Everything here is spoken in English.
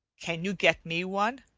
can't you get me one?